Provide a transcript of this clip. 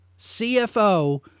CFO